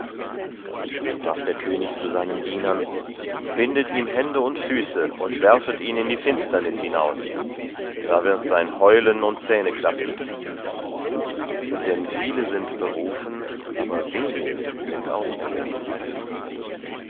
da sprach der könig zu seinen dienern bindet ihm hände und füße und werfet ihn in die finsternis hinaus da wird sein heulen und zähneklappen denn viele sind berufen aber wenige sind auserwählt